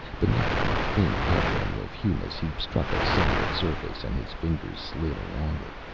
beneath the thin covering of humus, he struck a solid surface and his fingers slid along it.